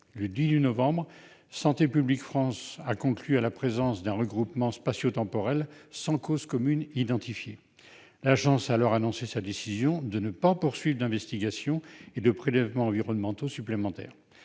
Le 18 novembre, Santé publique France a conclu à la présence d'un regroupement spatio-temporel sans cause commune identifiée. L'Agence a alors annoncé sa décision de ne pas poursuivre d'investigations et de prélèvements environnementaux supplémentaires.